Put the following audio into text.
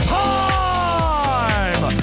time